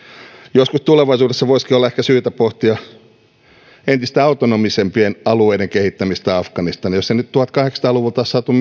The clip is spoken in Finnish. joskus tulevaisuudessa voisikin olla ehkä syytä pohtia entistä autonomisempien alueiden kehittämistä afganistaniin jos ei nyt tuhatkahdeksansataa luvulta ole saatu